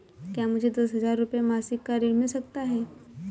क्या मुझे दस हजार रुपये मासिक का ऋण मिल सकता है?